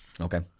Okay